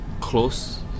close